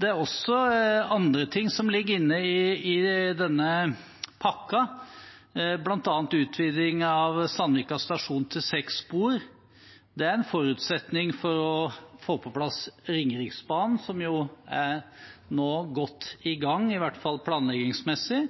Det er også andre ting som ligger inne i denne pakken, bl.a. utvidelse av Sandvika stasjon til seks spor. Det er en forutsetning for å få på plass Ringeriksbanen, som nå er godt i gang, i hvert fall planleggingsmessig.